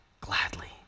gladly